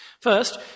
First